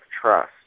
trust